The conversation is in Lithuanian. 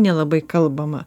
nelabai kalbama